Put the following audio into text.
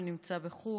שנמצא בחו"ל,